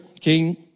king